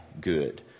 good